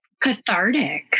cathartic